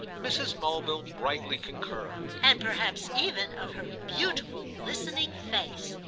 mrs. mulville brightly concurred. and perhaps even of her beautiful listening face.